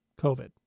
COVID